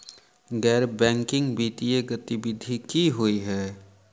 गैर बैंकिंग वित्तीय गतिविधि की होइ है?